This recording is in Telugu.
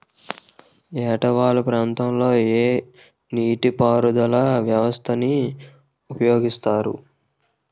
ఏట వాలు ప్రాంతం లొ ఏ నీటిపారుదల వ్యవస్థ ని ఉపయోగిస్తారు?